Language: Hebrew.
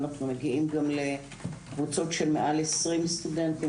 אנחנו מגיעים גם לקבוצות של מעל 20 סטודנטים.